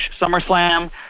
SummerSlam